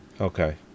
Okay